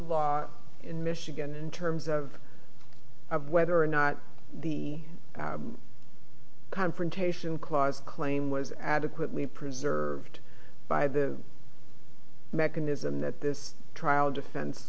law in michigan in terms of whether or not the confrontation clause claim was adequately preserved by the mechanism that this trial defen